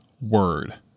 word